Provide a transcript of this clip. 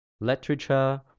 literature